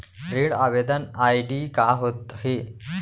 ऋण आवेदन आई.डी का होत हे?